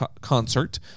concert